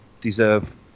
deserve